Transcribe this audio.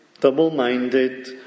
double-minded